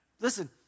Listen